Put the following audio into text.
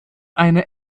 eine